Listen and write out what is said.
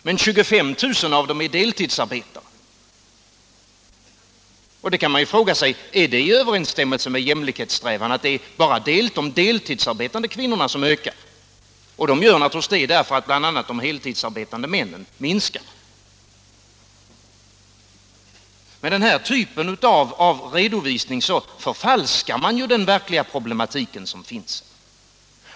Men 25 000 av dem är deltidsarbetande. Är det i överensstämmelse med jämlikhetssträvandena att det bara är de deltidsarbetande kvinnornas antal som ökar? Det ökar naturligtvis bl.a. därför att antalet heltidsarbetande män minskar. Med den här typen av redovisning förfalskar man den problematik som finns.